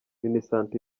minisante